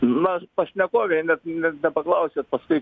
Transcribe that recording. na pašnekovei net net nepaklausėt paskui